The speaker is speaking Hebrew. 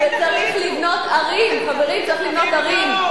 עוד לא החלטתם מה